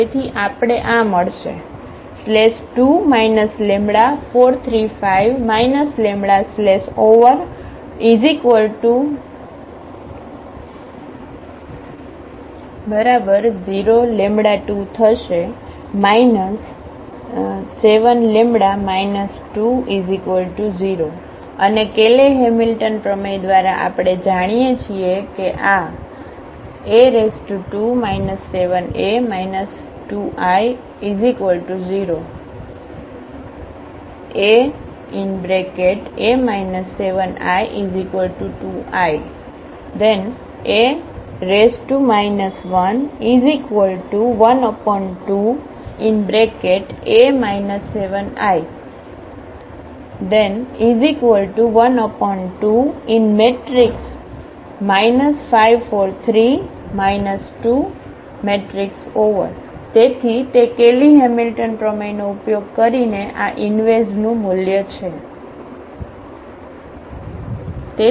તેથી આપણે આ મળશે 2 λ 4 3 5 λ 0⟹2 7λ 20 અને કેલે હેમિલ્ટન પ્રમેય દ્વારા આપણે જાણીએ છીએ કે આ A2 7A 2I0 ⟹AA 7I2I ⟹A 112A 7I 12 5 4 3 2 તેથી તે કેલી હેમિલ્ટન પ્રમેયનો ઉપયોગ કરીને આ ઈનવૅઝનું મૂલ્ય છે